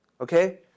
Okay